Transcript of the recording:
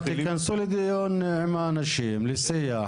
תכנסו לדיון עם האנשים, לשיח.